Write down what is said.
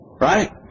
right